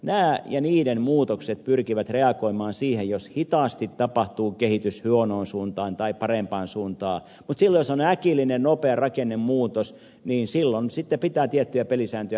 nämä ja niiden muutokset pyrkivät reagoimaan siihen jos hitaasti tapahtuu kehitys huonoon suuntaan tai parempaan suuntaan mutta silloin jos on äkillinen nopea rakennemuutos pitää tiettyjä pelisääntöjä noudattaa